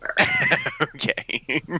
Okay